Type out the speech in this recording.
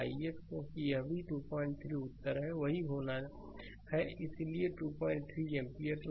तो ix क्योंकि यह भी 23 उत्तर है वही होना है इसलिए 23 एम्पीयरampere है